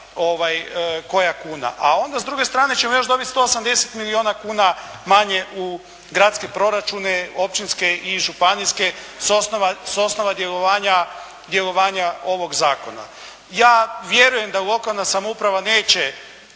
koja kuna. A onda s druge strane ćemo još dobiti 180 milijuna kuna manje u gradske proračune, općinske i županijske s osnova djelovanja ovog zakona. Ja vjerujem da lokalna samouprava neće,